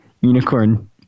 unicorn